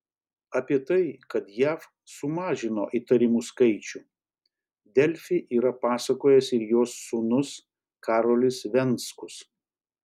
apie tai kad jav sumažino įtarimų skaičių delfi yra pasakojęs ir jos sūnus karolis venckus